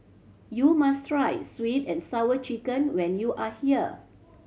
you must try Sweet And Sour Chicken when you are here